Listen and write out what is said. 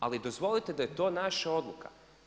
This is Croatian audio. Ali dozvolite da je to naša odluka.